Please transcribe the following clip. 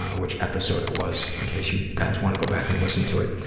which episode it was, in case you guys want to go back and listen to it.